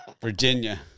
Virginia